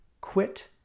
quit